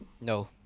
No